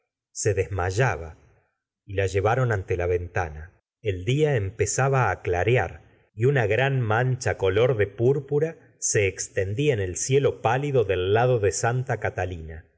se desmayaba y la llevaron a nte la ventana el día empezaba á clarear y una gran mancha color de púrpura se extendía en el cielo pálido del lado de santa catalina